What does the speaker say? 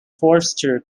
forster